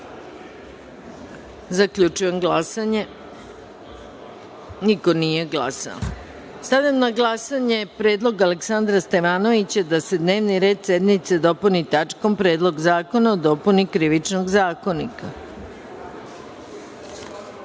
Srbije. Zaključujem glasanje: niko nije glasao. Stavljam na glasanje predlog Aleksandra Stevanovića da se dnevni red sednice dopuni tačkom – Predlog zakona o dopuni Krivičnog